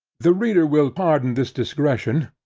the reader will pardon this digression,